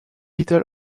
little